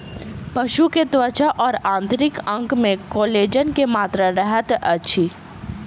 पशु के त्वचा और आंतरिक अंग में कोलेजन के मात्रा रहैत अछि